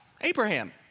Abraham